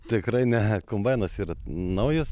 tikrai ne kombainas yra naujas